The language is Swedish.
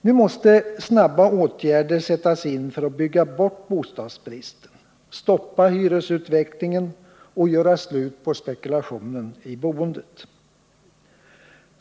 Nu måste snara åtgärder sättas in för att bygga bort bostadsbristen, stoppa hyreskostnadsutvecklingen och göra slut på spekulationen i boendet.